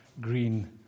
green